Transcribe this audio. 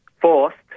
forced